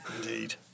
indeed